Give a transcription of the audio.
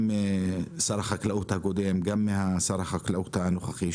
גם משר החקלאות הקודם וגם משר החקלאות הנוכחי,